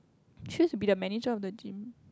choose be the manager of the gym